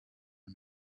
mur